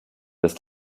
des